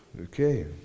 Okay